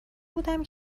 بودم